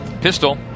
Pistol